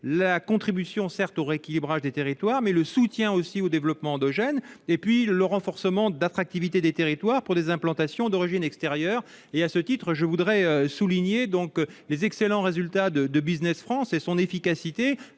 la contribution certes au rééquilibrage des territoires, mais le soutien aussi au développement endogène et puis le renforcement d'attractivité des territoires pour des implantations d'origine extérieure et à ce titre, je voudrais souligner, donc les excellents résultats de de Business France et son efficacité,